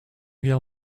guerre